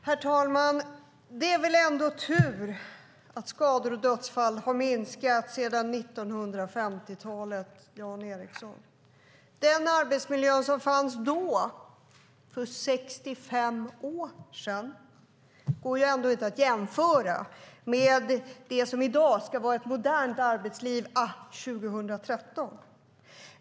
Herr talman! Det är väl ändå tur att antalet skador och dödsfall har minskat sedan 1950-talet, Jan Ericson? Den arbetsmiljö som fanns då, för 65 år sedan, går ändå inte att jämföra med det som i dag - 2013 - ska vara ett modernt arbetsliv.